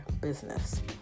business